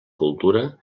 cultura